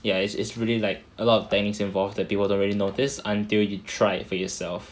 ya it's it's really like a lot of techniques involved that people don't really notice until you try it for yourself